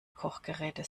kochgeräte